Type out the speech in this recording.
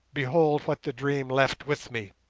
behold what the dream left with me.